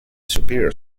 superior